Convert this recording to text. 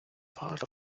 part